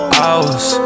hours